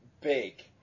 big